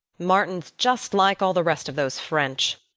martin's just like all the rest of those french,